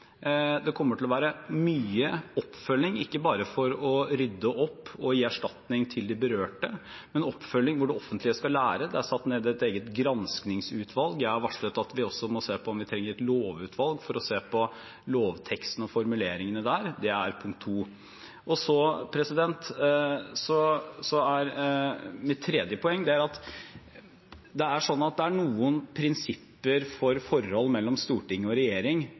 Det kommer til å være mye oppfølging, ikke bare for å rydde opp og gi erstatning til de berørte, men også en oppfølging der det offentlige skal lære. Det er satt ned et eget granskingsutvalg, og jeg har varslet at vi også må se på om vi trenger et lovutvalg for å se på lovteksten og formuleringene der. Det er punkt to. Mitt tredje poeng er at det er noen prinsipper for forholdet mellom storting og regjering